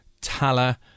Tala